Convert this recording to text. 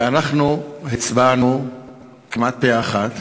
ואנחנו הצבענו כמעט פה-אחד